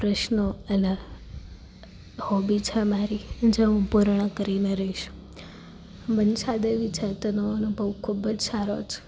પ્રશ્નો એને હોબી છે મારી જે હું પૂર્ણ કરીને રહીશ મનસા દેવી છે તેનો અનુભવ ખૂબ જ સારો છે